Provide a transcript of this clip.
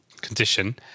condition